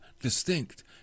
distinct